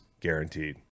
guaranteed